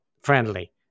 friendly